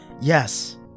Yes